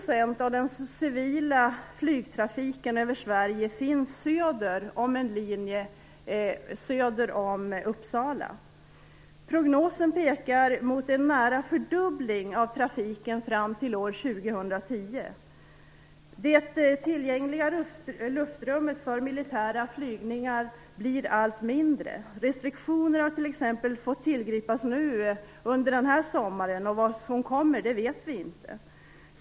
Sverige finns söder om en linje söder om Uppsala. Prognosen pekar mot en nära fördubbling av trafiken fram till år 2010. Det tillgängliga luftrummet för militära flygningar blir allt mindre. Restriktioner har t.ex. fått tillgripas nu under sommaren. Vad som kommer vet vi inte.